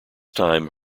time